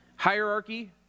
Hierarchy